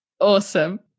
Awesome